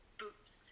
boots